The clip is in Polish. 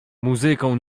muzyką